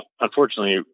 unfortunately